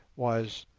was,